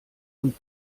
und